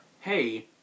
hey